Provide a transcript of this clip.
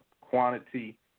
quantity